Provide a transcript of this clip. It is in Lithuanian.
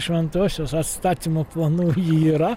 šventosios atstatymo planų yra